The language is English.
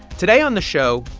today on the show,